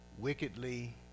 wickedly